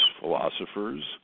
philosophers